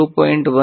1 અથવા 0